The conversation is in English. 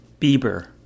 Bieber